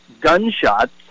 gunshots